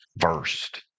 first